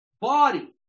body